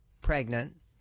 pregnant